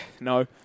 No